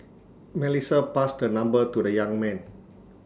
Melissa passed her number to the young man